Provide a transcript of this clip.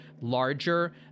larger